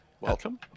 Welcome